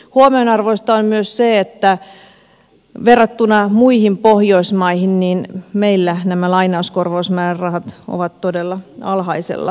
huomion arvoista on myös se että verrattuna muihin pohjoismaihin meillä nämä lainauskorvausmäärärahat ovat todella alhaisella tasolla